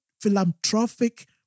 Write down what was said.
philanthropic